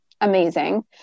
amazing